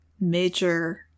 major